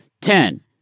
Ten